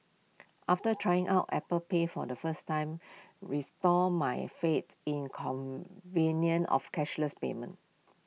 after trying out Apple pay for the first time restored my fat in convenience of cashless payments